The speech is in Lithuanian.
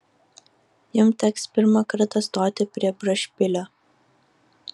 jums teks pirmą kartą stoti prie brašpilio